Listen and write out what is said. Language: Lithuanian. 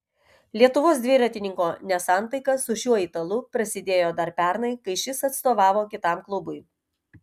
lietuvos dviratininko nesantaika su šiuo italu pasidėjo dar pernai kai šis atstovavo kitam klubui